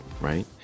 right